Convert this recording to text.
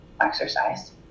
exercise